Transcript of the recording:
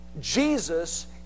Jesus